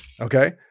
Okay